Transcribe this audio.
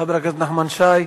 תודה לחבר הכנסת נחמן שי.